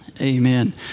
Amen